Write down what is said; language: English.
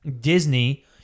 Disney